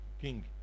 king